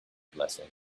blessing